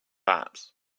apps